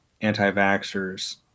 anti-vaxxers